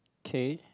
K